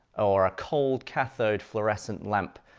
or a cold cathode fluorescent lamp,